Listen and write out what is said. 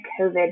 COVID